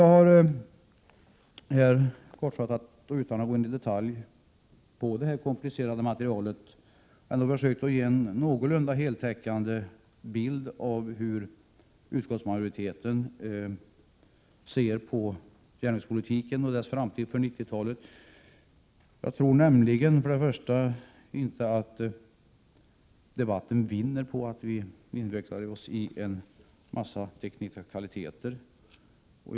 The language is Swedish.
Jag har här kortfattat och utan att gå in i detalj på det komplicerade materialet försökt att ge en någorlunda heltäckande bild av hur utskottsmajoriten ser på järnvägspolitiken och dess framtid inför 1990-talet. Jag tror nämligen inte att debatten vinner på att vi vecklar in oss i en mängd teknikaliteter.